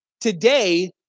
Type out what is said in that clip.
today